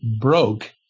broke